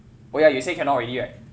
oh ya you say cannot already right